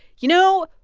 you know,